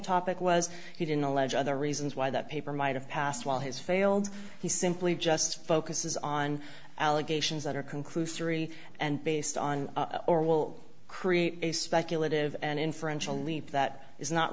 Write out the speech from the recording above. topic was he didn't allege other reasons why that paper might have passed while his failed he simply just focuses on allegations that are conclusory and based on or will create a speculative and inferential leap that is not